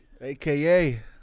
aka